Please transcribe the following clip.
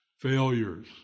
failures